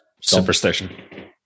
Superstition